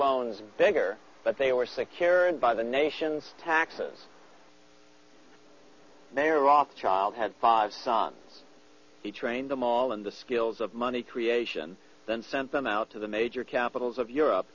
loans bigger but they were secured by the nation's taxes they are rothschild had five sons he trained them all in the skills of money creation then sent them out to the major capitals of europe